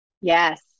Yes